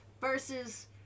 versus